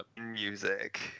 music